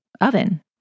oven